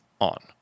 on